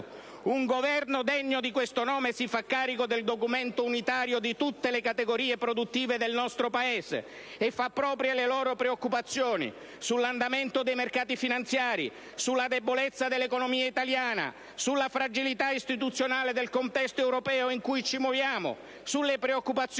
Un Governo degno di questo nome si fa carico del documento unitario di tutte le categorie produttive del nostro Paese e fa proprie le loro preoccupazioni sull'andamento dei mercati finanziari, sulla debolezza dell'economia italiana, sulla fragilità istituzionale del contesto europeo in cui ci muoviamo, sulle preoccupazioni